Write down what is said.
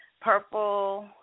Purple